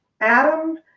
Adam